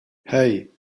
hey